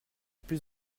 plus